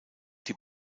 die